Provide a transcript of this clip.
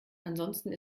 ansonsten